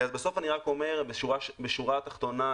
בשורה התחתונה,